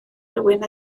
rywun